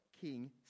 king